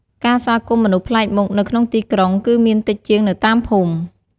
ការស្វាគមន៍មនុស្សប្លែកមុខ នៅក្នុងទីក្រុង គឺមានតិចជាងនៅតាមភូមិ។